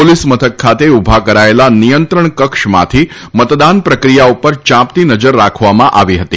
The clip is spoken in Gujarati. પોલીસ મથક ખાતે ઉભા કરાયેલા નિયંત્રણ કક્ષમાંથી મતદાન પ્રક્રિયા ઉપર ચાંપતી નજર રાખવામાં આવી હતી